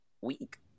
week